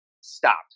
stop